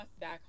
back